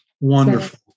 Wonderful